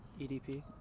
EDP